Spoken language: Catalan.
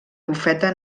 bufeta